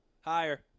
Higher